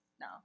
no